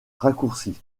raccourcis